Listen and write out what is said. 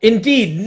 Indeed